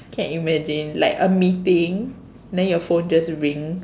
can imagine like a meeting then your phone just ring